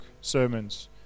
sermons